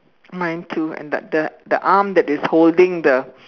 mine too and but the the arm that is holding the